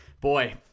Boy